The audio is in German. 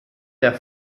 der